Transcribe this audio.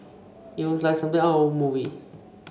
it was like something out of a movie